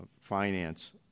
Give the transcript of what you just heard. Finance